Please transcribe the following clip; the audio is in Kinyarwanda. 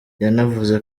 yanavuze